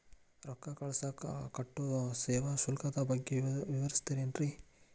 ರೊಕ್ಕ ಕಳಸಾಕ್ ಕಟ್ಟೋ ಸೇವಾ ಶುಲ್ಕದ ಬಗ್ಗೆ ವಿವರಿಸ್ತಿರೇನ್ರಿ?